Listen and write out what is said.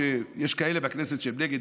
שיש כאלה בכנסת שהם נגד,